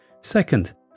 Second